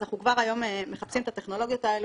אז אנחנו כבר היום מחפשים את הטכנולוגיות האלה